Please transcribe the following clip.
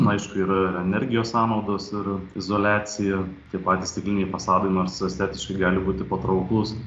aišku yra energijos sąnaudos ir izoliacija tie patys stikliniai fasadai nors estetiškai gali būti patrauklūs